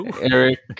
Eric